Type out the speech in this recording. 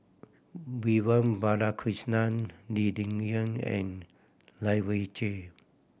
Vivian Balakrishnan Lee Ling Yen and Lai Weijie